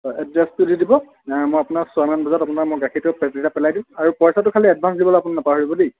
হয় এড্ৰেছটো দি দিব মই আপোনাক ছয়মান বজাত আপোনাক মই গাখীৰটো তেতিয়া পেলাই দিম আৰু খালি পইচাটো আপুনি এডভাঞ্চ দিবলৈ নাপাহৰিব দেই